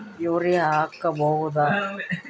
Urea ಹಾಕ್ ಬಹುದ?